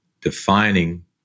defining